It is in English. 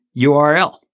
URL